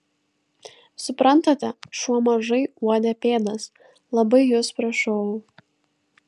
suprantate šuo mažai uodė pėdas labai jus prašau